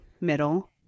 middle